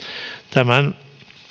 tämän